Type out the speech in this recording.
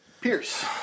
Pierce